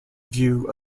view